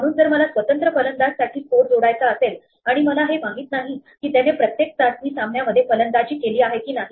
म्हणून जर मला स्वतंत्र फलंदाज साठी स्कोर जोडायचं असेल आणि मला हे माहिती नाही की त्याने प्रत्येक चाचणी सामन्यामध्ये फलंदाजी केली आहे की नाही